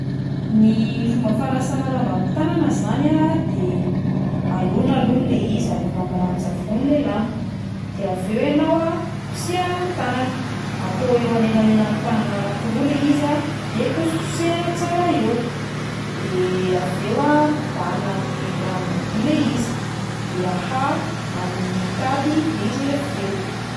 Ny fomba fanasana lamba amin'ny tanana zany a de alona alohany le izy, alona amin'ny ranon-tsavony le lamba, de avy eo ianao a kosehana amin'ny tanana, atao eo anelanelan'ny tanana anankiroa le izy a de kosokosehana tsara eo, de avy eo a kobanina amin'ny rano madio le izy de ahaha amin'ny tady le izy rehefa avy eo.